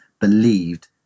believed